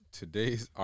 today's